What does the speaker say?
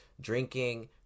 drinking